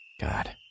God